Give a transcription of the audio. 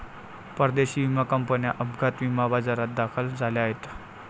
परदेशी विमा कंपन्या अपघात विमा बाजारात दाखल झाल्या आहेत